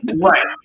Right